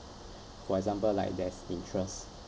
for example like there's interest